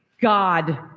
God